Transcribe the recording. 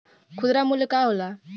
खुदरा मूल्य का होला?